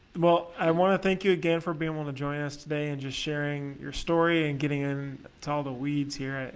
well i want to thank you again for being able to join us today and just sharing your story and getting in to all the weeds here.